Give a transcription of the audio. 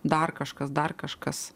dar kažkas dar kažkas